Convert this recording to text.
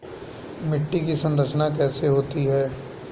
मिट्टी की संरचना कैसे होती है?